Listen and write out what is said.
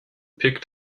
picked